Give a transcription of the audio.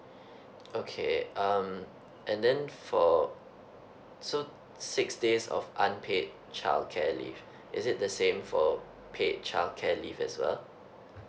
okay um and then for so six days off unpaid childcare leave is it the same for paid childcare leave as well